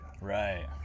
Right